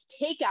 takeout